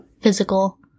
physical